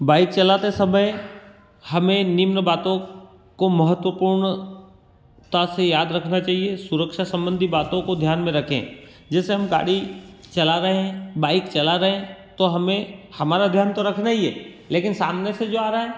bike चलाते समय हमें निम्न बातों को महत्त्वपूर्ण ता से याद रखना चाहिए सुरक्षा सम्बन्धी बातों को ध्यान में रखें जैसे हम गाड़ी चला गए हैं बाइक चला रहे हैं तो हमें हमारा ध्यान तो रखना ही है लेकिन सामने से जो आ रहा है